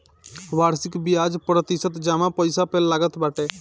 वार्षिक बियाज प्रतिशत जमा पईसा पे लागत बाटे